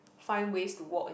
find ways to walk in